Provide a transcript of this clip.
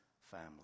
family